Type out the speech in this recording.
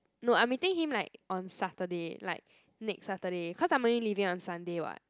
no I'm meeting him like on Saturday like next Saturday cause I'm only leaving on Sunday [what]